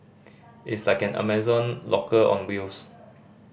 it's like an Amazon locker on wheels